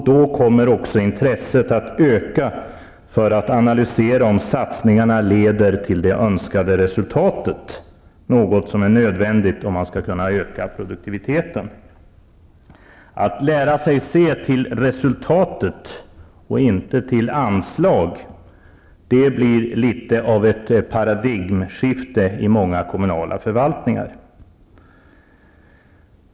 Då kommer också intresset att öka för att analysera om satsningarna leder till det önskade resultatet, något som är nödvändigt om man skall kunna öka produktiviteten. Att lära sig se till resultatet och inte till anslag blir litet av ett paradigmskifte i många kommunala förvaltningar.